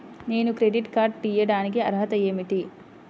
నేను credit card తీయడానికి అర్హత ఏమిటి?